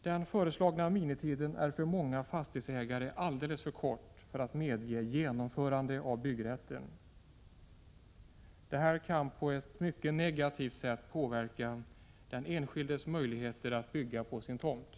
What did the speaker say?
Den föreslagna minimitiden är för många fastighetsägare alldeles för kort för att möjliggöra genomförande av byggrätten. Inskränkningen i byggrätten kan på ett mycket negativt sätt påverka den enskildes möjligheter att bygga på sin tomt.